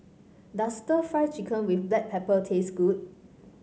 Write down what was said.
does stir Fry Chicken with Black Pepper taste good